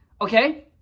Okay